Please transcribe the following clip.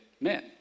men